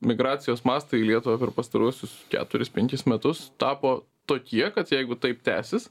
migracijos mastai į lietuva per pastaruosius keturis penkis metus tapo tokie kad jeigu taip tęsis